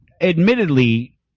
admittedly